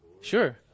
Sure